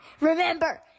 remember